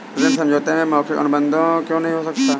ऋण समझौते में मौखिक अनुबंध क्यों नहीं हो सकता?